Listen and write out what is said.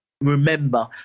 remember